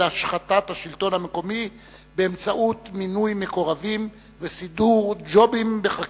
השחתת השלטון המקומי באמצעות מינוי מקורבים וסידור ג'ובים בחקיקה.